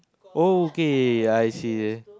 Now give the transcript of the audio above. okay I see